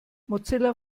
mozilla